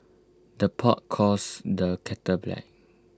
the pot calls the kettle black